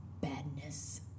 badness